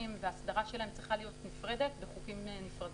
וההסדרה שלהם צריכה להיות נפרדת בחוקים נפרדים.